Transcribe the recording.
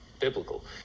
biblical